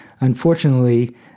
Unfortunately